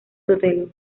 sotelo